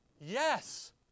Yes